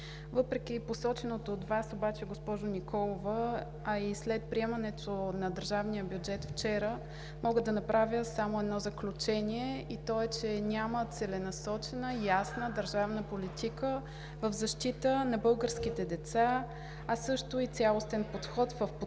Въпреки посоченото от Вас обаче, госпожо Николова, а и след приемането на държавния бюджет вчера, мога да направя само едно заключение. То е, че няма целенасочена, ясна, държавна политика в защита на българските деца, а също и цялостен подход в подкрепа